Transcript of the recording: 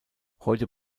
heute